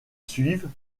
suivent